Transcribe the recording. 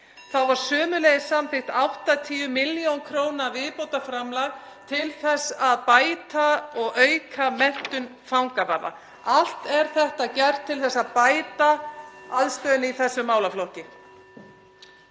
var samþykkt 80 millj. kr. viðbótarframlag til þess að bæta og auka menntun fangavarða. Allt er þetta gert til þess að bæta aðstöðu í þessum málaflokki.